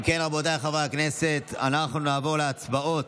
אם כן, רבותיי חברי הכנסת, אנחנו נעבור להצבעות